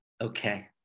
Okay